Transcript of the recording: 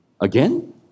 Again